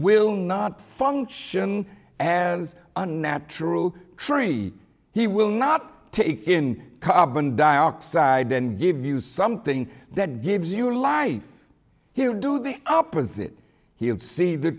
will not function as a natural tree he will not take in carbon dioxide then give you something that gives you life he would do the opposite he would see the